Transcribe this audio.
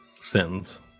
sentence